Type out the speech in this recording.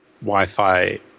Wi-Fi